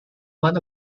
one